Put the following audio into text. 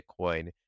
Bitcoin